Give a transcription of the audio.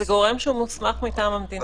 זה גורם שמוסמך מטעם המדינה,